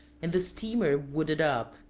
and the steamer wooded up.